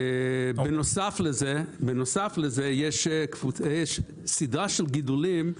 בנוסף לזה יש סדרה של גידולים,